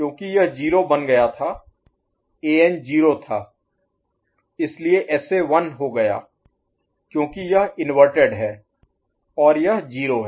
क्योंकि यह 0 बन गया था An 0 था इसलिए SA 1 हो गया क्योंकि यह इनवर्टेड है और यह 0 है